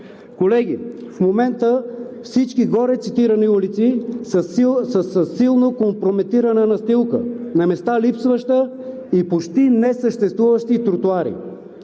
Дорково. В момента всички горецитирани улици са със силно компрометирана настилка – на места липсваща, и почти несъществуващи тротоари.